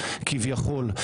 כביכול,